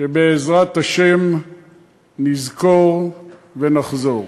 שבעזרת השם נזכור ונחזור.